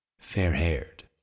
Fair-haired